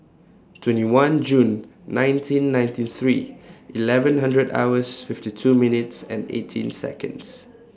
twenty one June nineteen ninety three eleven hundred hours fifty two minutes and eighteen Seconds